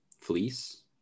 fleece